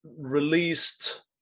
released